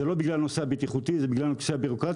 זה לא בגלל הנושא הבטיחותי אלא בגלל הנושא הביורוקרטי.